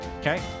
Okay